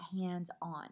hands-on